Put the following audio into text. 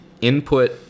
input